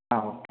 ആ ഓക്കേ